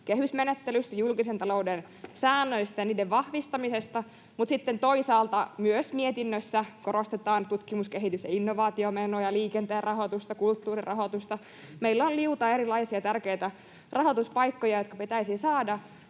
kehysmenettelystä, julkisen talouden säännöistä ja niiden vahvistamisesta, mutta sitten toisaalta myös mietinnössä korostetaan tutkimus‑, kehitys‑ ja innovaatiomenoja, liikenteen rahoitusta ja kulttuurin rahoitusta. Meillä on liuta erilaisia tärkeitä rahoituspaikkoja, jotka pitäisi saada,